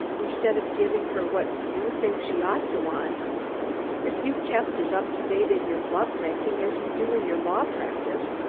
instead of giving her what you think she ought to want if you kept as up-to-date in your love-making as you do in your law practise,